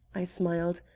i smiled.